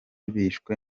abishwe